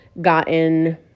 gotten